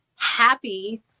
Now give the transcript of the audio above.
happy